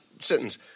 sentence